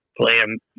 playing